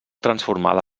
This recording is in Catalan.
transformada